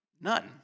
none